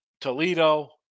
Toledo